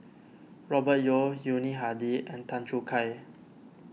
Robert Yeo Yuni Hadi and Tan Choo Kai